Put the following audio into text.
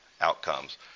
outcomes